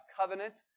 covenant